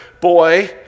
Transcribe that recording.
boy